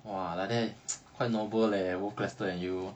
!wah! like that quite nobel leh both chester and you